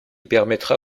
permettra